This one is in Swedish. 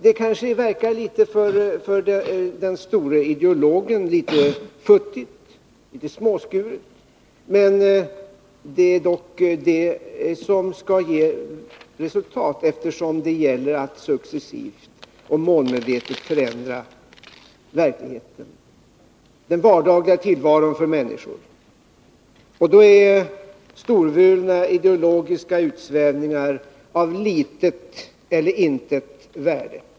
Detta kanske för den store ideologen verkar litet futtigt, litet småskuret, men det är dock detta som skall ge resultat, eftersom det gäller att successivt och målmedvetet förändra verkligheten och den vardagliga tillvaron för människor. Då är storvulna ideologiska utsvävningar av litet eller intet värde.